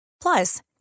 Plus